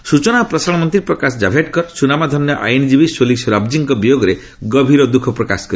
ସୋରାବଜୀ ସ୍କଚନା ଓ ପ୍ରସାରଣ ମନ୍ତ୍ରୀ ପ୍ରକାଶ ଜାଭଡେକର ସୁନାମଧନ୍ୟ ଆଇନ୍ଜୀବୀ ସୋଲି ସୋରାବଜୀଙ୍କ ବିୟୋଗରେ ଗଭୀର ଦୁଃଖ ପ୍ରକାଶ କରିଛନ୍ତି